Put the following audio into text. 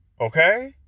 okay